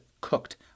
Cooked